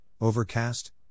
Overcast